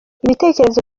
ibitekerezo